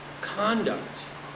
conduct